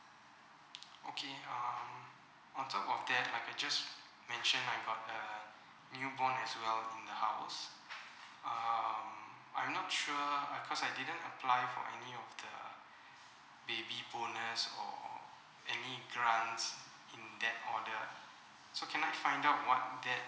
okay um on top of that I can just mention I got a newborn as well in the house um I'm not sure uh cause I didn't apply for any of the baby bonus or any grants in that order so can I find out what that